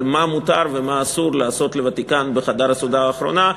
על מה מותר ומה אסור לוותיקן לעשות בחדר הסעודה האחרונה,